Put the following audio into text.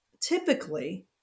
typically